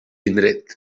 indret